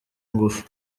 ingufu